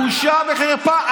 בושה וחרפה.